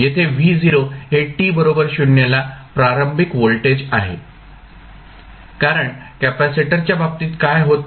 येथे V0 हे t बरोबर 0 ला प्रारंभिक व्होल्टेज आहे कारण कॅपेसिटरच्या बाबतीत काय होते